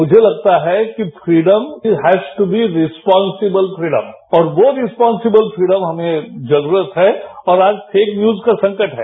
मुझे लगता है कि freedom has to be responsible freedom और वो रिस्पान्सिबल फ्रीडम हमें जरूरत है और आज फेक न्यूज का संकट है